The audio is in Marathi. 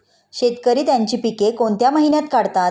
शेतकरी त्यांची पीके कोणत्या महिन्यात काढतात?